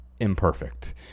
imperfect